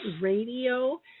radio